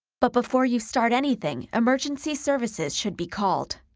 but before you start anything, emergency services should be called.